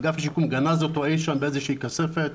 אגף השיקום גנז אותו אי שם באיזה שהיא כספת,